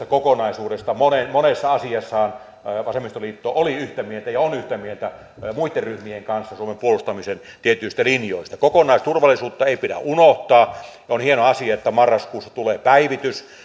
kokonaisuudesta monessa asiassa vasemmistoliitto oli yhtä mieltä ja on yhtä mieltä muitten ryhmien kanssa suomen puolustamisen tietyistä linjoista kokonaisturvallisuutta ei pidä unohtaa on hieno asia että marraskuussa tulee päivitys